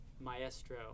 Maestro